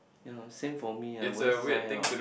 ya same for me I won't sign up